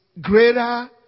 greater